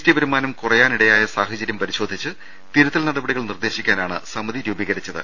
T വരുമാനം കുറയാനിട്ടയായ സാഹചര്യം പരി ശോധിച്ച് തിരുത്തൽ നടപട്ടികൾ നിർദേശിക്കാനാണ് സമിതി രൂപീകരിച്ചത്